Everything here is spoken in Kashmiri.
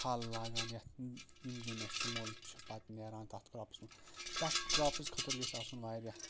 تھل لاگان یَتھ یِم گِنٛدِ اَسہِ توٚمُل چھِ پَتہٕ نیران تَتھ کراپَس منٛز تَتھ کراپَس خٲطرٕ گژھِ آسُن واریاہ